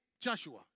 Joshua